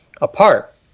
apart